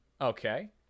okay